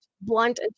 blunt